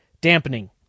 dampening